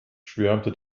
schwärmte